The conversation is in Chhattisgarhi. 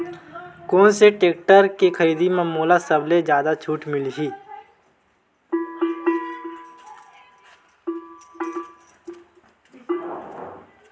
कोन से टेक्टर के खरीदी म मोला सबले जादा छुट मिलही?